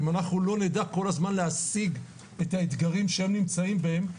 אם אנחנו לא נדע כל הזמן להשיג את האתגרים שהם נמצאים בהם,